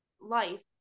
life